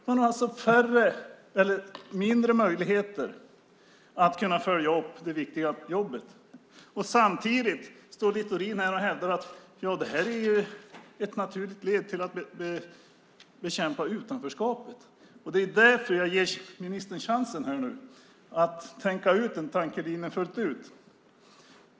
De har alltså mindre möjligheter att följa upp det viktiga jobbet. Samtidigt står Littorin här och hävdar att det här är ett naturligt led i att bekämpa utanförskapet. Det är därför jag nu ger ministern chansen att utveckla en tankelinje fullt ut.